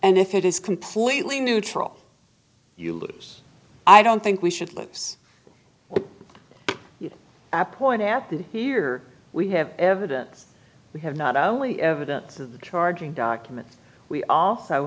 and if it is completely neutral you lose i don't think we should lose i point out that here we have evidence we have not only evidence in the charging documents we also